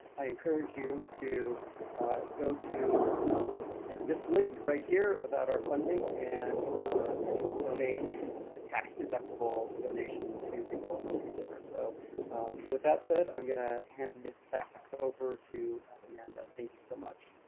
i encourage you to go to this link right here about our funding and and donate a tax-deductible donation to the oral history center. so with that said, i'm going to hand it back over to amanda. thank you so much.